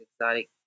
exotic